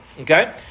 Okay